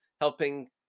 helping